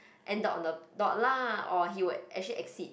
ended on the dot lah or he will actually exceed